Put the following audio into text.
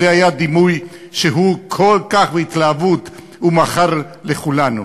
זה היה הדימוי שהוא כל כך בהתלהבות מכר לכולנו.